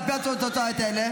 על פי התוצאות האלה,